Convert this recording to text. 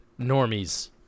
normies